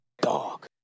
dog